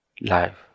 life